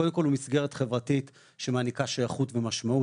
קודם כל הוא מסגרת חברתית שמעניקה שייכות ומשמעות,